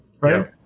right